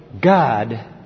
God